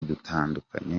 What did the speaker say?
dutandukanye